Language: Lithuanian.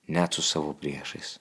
net su savo priešais